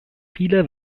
viele